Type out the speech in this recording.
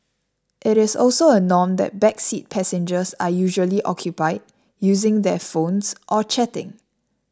it is also a norm that back seat passengers are usually occupied using their phones or chatting